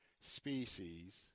species